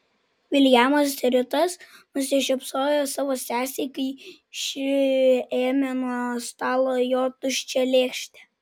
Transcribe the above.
viljamas ritas nusišypsojo savo sesei kai ši ėmė nuo stalo jo tuščią lėkštę